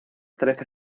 trece